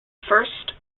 first